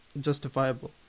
justifiable